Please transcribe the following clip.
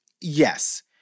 yes